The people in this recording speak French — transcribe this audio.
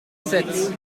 sept